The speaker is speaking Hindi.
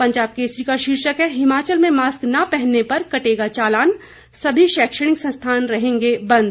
पंजाब केसरी का शीर्षक है हिमाचल में मास्क न पहनने पर कटेगा चालान सभी शैक्षणिक संस्थान रहेंगे बंद